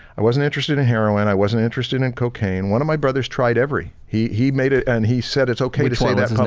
i wasn't interested in heroin, i wasn't interested in cocaine. one of my brother's tried every. he he made it and he said it's okay to say that